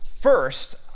First